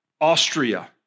Austria